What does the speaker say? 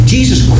Jesus